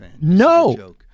no